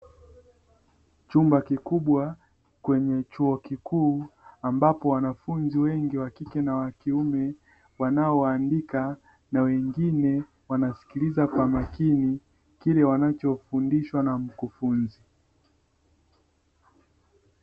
Chumba kikubwa kwenye chuo kikuu ambapo wanafunzi wengi wakike na wakiume wanaoandika na wengine wanasikiliza kwa makini kile wanachofundishwa na mkufunzi.